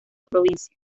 provincia